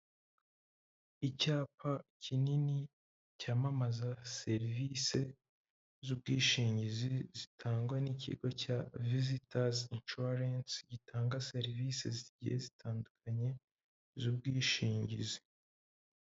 Icyapa kinini cyamamaza serivisi z'ubwishingizi zitangwa n'ikigo cya vizitazi inshuwarense gitanga serivisi zigiye zitandukanye z'ubwishingizi.